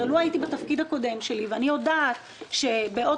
לו הייתי בתפקיד הקודם שלי והייתי יודעת שבעוד